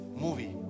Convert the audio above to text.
movie